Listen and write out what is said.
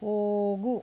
ಹೋಗು